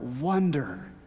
wonder